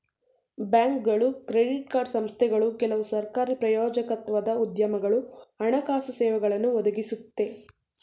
ಬ್ಯಾಂಕ್ಗಳು credit card ಸಂಸ್ಥೆಗಳು ಕೆಲವು ಸರಕಾರಿ ಪ್ರಾಯೋಜಕತ್ವದ ಉದ್ಯಮಗಳು ಹಣಕಾಸು ಸೇವೆಗಳನ್ನು ಒದಗಿಸುತ್ತೆ